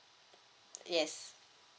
yes